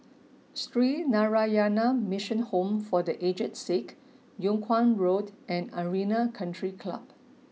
Sree Narayana Mission Home for The Aged Sick Yung Kuang Road and Arena Country Club